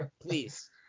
please